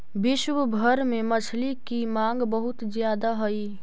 विश्व भर में मछली की मांग बहुत ज्यादा हई